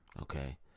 Okay